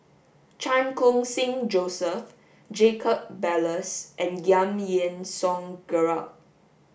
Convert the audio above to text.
Chan Khun Sing Joseph Jacob Ballas and Giam Yean Song Gerald